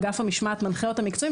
אגף המשמעת מנחה אותם מקצועית,